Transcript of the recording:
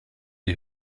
die